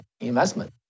investment